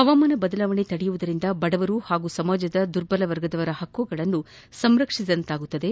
ಹವಾಮಾನ ಬದಲಾವಣೆ ತಡೆಯುವುದರಿಂದ ಬಡವರು ಹಾಗೂ ಸಮಾಜದ ದುರ್ಬಲ ವರ್ಗದವರ ಹಕ್ಕುಗಳನ್ನು ರಕ್ಷಿಸಿದಂತಾಗುತ್ತದೆ